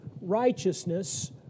righteousness